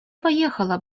поехала